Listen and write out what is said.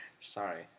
Sorry